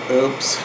oops